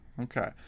Okay